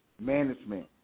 Management